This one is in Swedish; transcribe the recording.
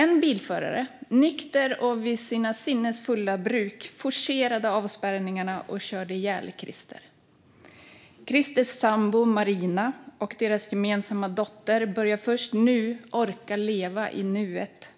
En bilförare, nykter och vid sina sinnens fulla bruk, forcerade avspärrningarna och körde ihjäl Krister. Kristers sambo Marina och deras gemensamma dotter börjar först nu orka leva i nuet.